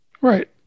Right